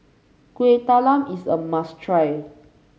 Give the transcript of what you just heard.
Kueh Talam is a must try